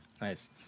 Nice